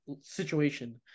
situation